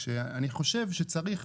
כשאני חושב שצריך,